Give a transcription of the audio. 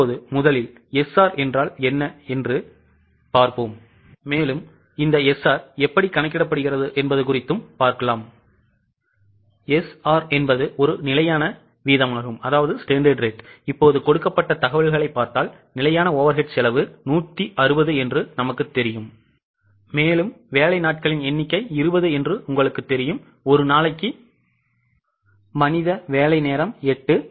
இப்போது முதலில் SR என்றால் என்ன என்று கணக்கிடப்படுகிறது SR என்பது ஒரு நிலையான வீதமாகும் இப்போது கொடுக்கப்பட்ட தகவல்களைப் பார்த்தால் நிலையான overhead செலவு 160 என்று நமக்குத் தெரியும் மேலும் வேலை நாட்களின் எண்ணிக்கை 20 என்று உங்களுக்குத் தெரியும் ஒரு நாளைக்கு மனித வேலை நேரம் 8